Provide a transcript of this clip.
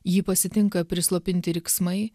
jį pasitinka prislopinti riksmai